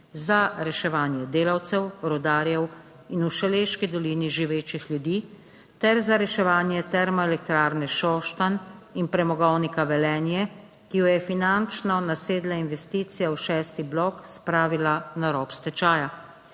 za reševanje delavcev, rudarjev in v Šaleški dolini živečih ljudi, ter za reševanje Termoelektrarne Šoštanj in Premogovnika Velenje, ki jo je finančno nasedla investicija v šesti Blok spravila na rob stečaja.